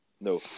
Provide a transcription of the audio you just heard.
No